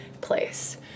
place